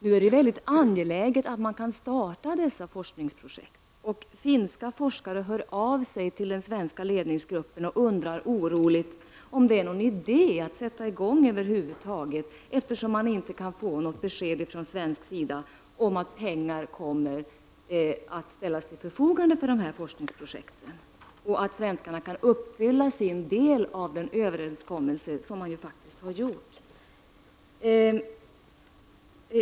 Nu är det mycket angeläget att dessa forskningsprojekt kan startas. Finska forskare hör av sig till den svenska ledningsgruppen och undrar oroligt om det är någon idé att sätta i gång över huvud taget, eftersom man inte kan få något besked från svensk sida om att pengar kommer att ställas till förfogande för dessa forskningsprojekt och att svenskarna kan uppfylla sin del av den överenskommelse som man faktiskt har träffat.